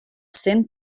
cent